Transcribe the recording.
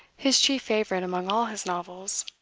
his chief favourite among all his novels